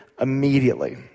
immediately